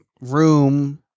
room